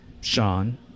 Sean